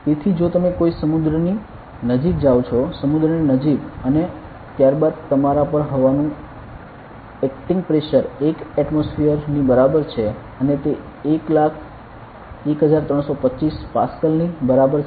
તેથી જો તમે કોઈ સમુદ્રની નજીક જાવ છો સમુદ્રની નજીક અને ત્યારબાદ તમારા પર હવાનું એક્ટિંગ પ્રેશર 1 એટમોસ્ફિયરની બરાબર છે અને તે 101325 પાસ્કલ ની બરાબર છે